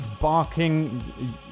barking